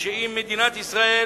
אם מדינת ישראל